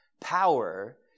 power